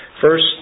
First